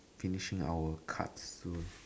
finishing our cards soon